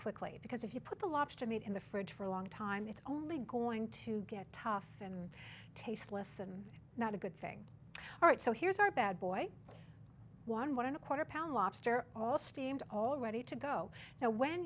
quickly because if you put the lobster meat in the fridge for a long time it's only going to get tough and tasteless and not a good thing all right so here's our bad boy one one and a quarter pound lobster all steamed all ready to go now when